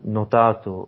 notato